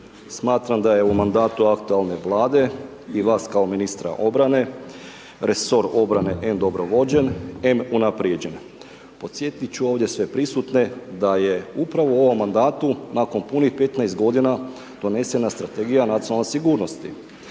smatram da je u mandatu aktualne Vlade i vas kao ministra obrane, resor obrane em dobro vođen, em unaprijeđen. Podsjetit ću ovdje sve prisutne da je upravo u ovom mandatu nakon punih 15 godina donesena strategija nacionalne sigurnosti,